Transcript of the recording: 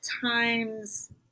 times